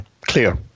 clear